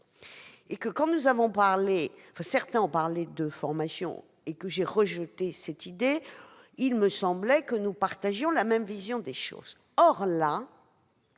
dans les cultes. Quand certains ont parlé de formation et que j'ai rejeté cette idée, il m'a semblé que nous partagions la même vision des choses.